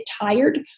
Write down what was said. tired